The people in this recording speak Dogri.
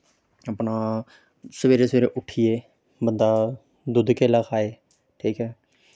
अपना सवेरे सवेरे उट्ठियै बंदा दुद्ध केला खाए ठीक ऐ